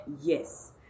Yes